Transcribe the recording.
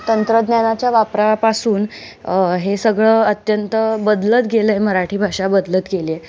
तंत्रज्ञानाच्या वापरापासून हे सगळं अत्यंत बदलत गेलं आहे मराठी भाषा बदलत गेली आहे